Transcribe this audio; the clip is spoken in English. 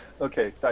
Okay